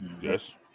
Yes